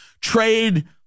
trade